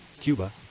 Cuba